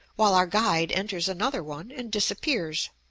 while our guide enters another one, and disappears.